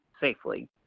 safely